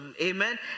Amen